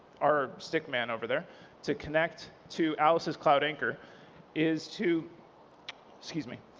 our stick man over there to connect to alice's cloud anchor is to excuse me,